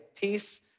peace